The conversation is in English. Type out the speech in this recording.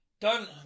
Done